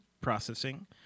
Processing